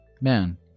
Man